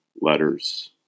letters